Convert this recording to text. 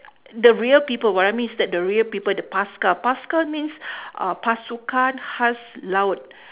the real people what I means is that the real people the paskal paskal means uh pasukan khas laut